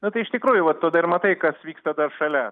na tai iš tikrųjų vat tada ir matai kas vyksta dar šalia